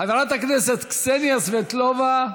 חברת הכנסת קסניה סבטלובה.